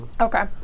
Okay